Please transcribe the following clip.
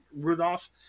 Rudolph